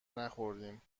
نخوردیم